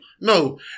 No